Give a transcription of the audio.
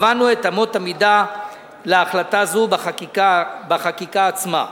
קבענו את אמות המידה להחלטה זו בחקיקה עצמה.